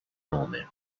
nome